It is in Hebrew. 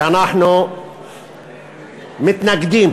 אנחנו מתנגדים